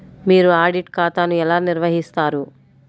మీరు ఆడిట్ ఖాతాను ఎలా నిర్వహిస్తారు?